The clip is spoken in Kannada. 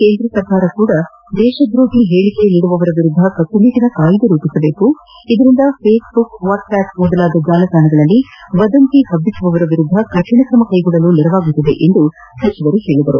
ಕೇಂದ್ರ ಸರ್ಕಾರ ಕೂಡ ದೇಶದ್ರೋಹಿ ಹೇಳಿಕೆ ನೀಡುವವರ ವಿರುದ್ದ ಕಟ್ಟುನಿಟ್ಟಿನ ಕಾಯ್ದೆ ರೂಪಿಸಬೇಕು ಇದರಿಂದ ಫೇಸ್ಬುಕ್ ವಾಟ್ಸ್ಆಪ್ ಮೊದಲಾದ ಜಾಲತಾಣಗಳಲ್ಲಿ ವದಂತಿ ಹಬ್ಬಿಸುವವರ ವಿರುದ್ದ ಕಟ್ಟುನಿಟ್ಟಿನ ಕ್ರಮ ಕೈಗೊಳ್ಳಲು ನೆರವಾಗಲಿದೆ ಎಂದು ಅವರು ತಿಳಿಸಿದರು